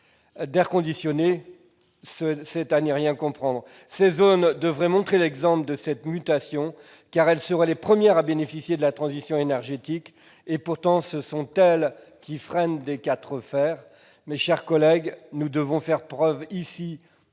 d'air conditionné, c'est à n'y rien comprendre. Ces zones devraient montrer l'exemple de cette mutation, car elles seraient les premières à bénéficier de la transition énergétique. Pourtant, ce sont elles qui freinent des quatre fers. Mes chers collègues, nous devons faire preuve ici